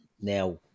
now